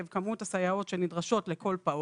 על פי